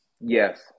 Yes